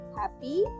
happy